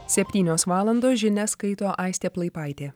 septynios valandos žinias skaito aistė plaipaitė